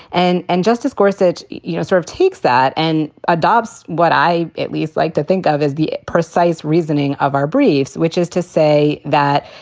and and justice gorsuch, you know, sort of takes that and adopts what i at least like to think of as the precise reasoning of our briefs, which is to say that,